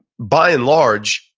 by and large,